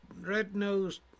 red-nosed